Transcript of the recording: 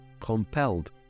compelled